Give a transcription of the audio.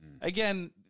Again